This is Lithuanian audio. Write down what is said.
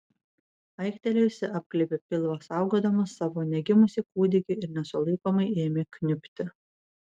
aiktelėjusi apglėbė pilvą saugodama savo negimusį kūdikį ir nesulaikomai ėmė kniubti